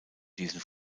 diesen